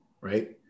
right